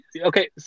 okay